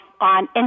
on